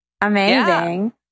Amazing